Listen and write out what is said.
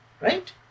Right